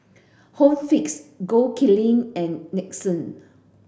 Home Fix Gold Kili and Nixon